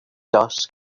dust